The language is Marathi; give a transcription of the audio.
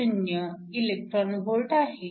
10 eV आहे